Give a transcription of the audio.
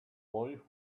boy